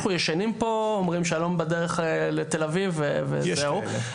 הוצג שמצד אחד המינוח בתי אב או משפחה או משהו בסגנון הזה,